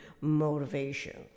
motivation